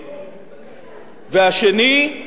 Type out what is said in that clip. והשני,